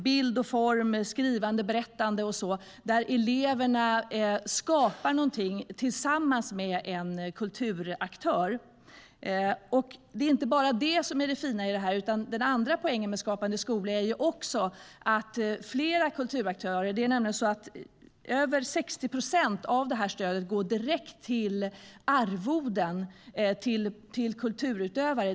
Det är bild, form, skrivande, berättande och så vidare, där eleverna skapar något tillsammans med en kulturaktör. Det är inte bara detta som är det fina. Den andra poängen med Skapande skola är att över 60 procent av stödet går direkt till arvoden till kulturutövare.